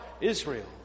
Israel